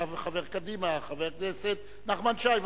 עכשיו חבר קדימה, חבר הכנסת נחמן שי.